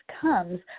comes